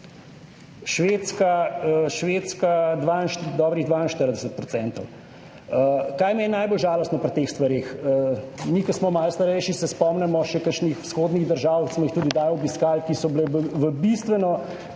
Švedska, Švedska dva, dobrih 42 %. Kaj je, meni je najbolj žalostno pri teh stvareh, mi, ki smo malo starejši, se spomnimo še kakšnih vzhodnih držav, smo jih tudi kdaj obiskali, ki so bile v bistveno